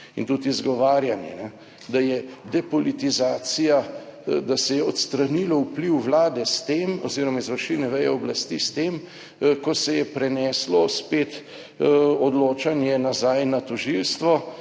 In tudi izgovarjanje, da je depolitizacija, da se je odstranilo vpliv Vlade s tem oziroma izvršilne veje oblasti s tem, ko se je preneslo spet odločanje nazaj na tožilstvo,